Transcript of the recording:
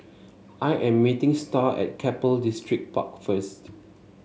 I am meeting Starr at Keppel Distripark first